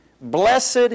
blessed